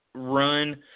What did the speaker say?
run